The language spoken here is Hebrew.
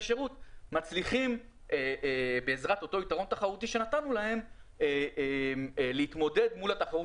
שירות מצליחים בעזרת אותו יתרון תחרותי שנתנו להם להתמודד מול התחרות